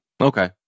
Okay